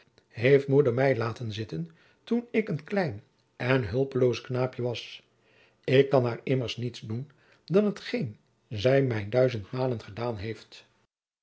heit moeder mij laôten zitten toen ik een klein en hulpeloos knaôpke was ik kan heur immers niets doen dan t geen zij mij duizendmaôlen edaôn heeft